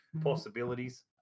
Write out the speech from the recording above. possibilities